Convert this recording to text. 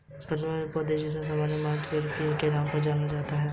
plumeria का पौधा, जिसे सामान्य नाम फ्रांगीपानी के नाम से भी जाना जाता है